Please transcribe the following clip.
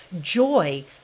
joy